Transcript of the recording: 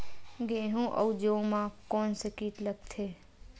गेहूं अउ जौ मा कोन से कीट हा लगथे?